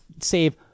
save